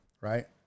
right